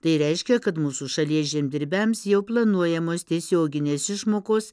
tai reiškia kad mūsų šalies žemdirbiams jau planuojamos tiesioginės išmokos